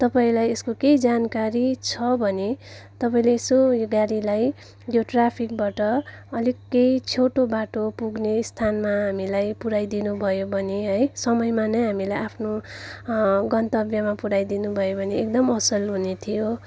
तपाईँलाई यसको केही जानकारी छ भने तपाईँले यसो यो गाडीलाई यो ट्राफिकबाट अलिक केही छोटो बाटो पुग्ने स्थानमा हामीलाई पुर्याइदिनु भयो भने है समयमा नै हामीलाई आफ्नो गन्तव्यमा पुर्याइदिनु भयो भने एकदम असल हुने थियो